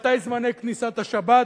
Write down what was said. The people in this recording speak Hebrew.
מתי זמני כניסת השבת,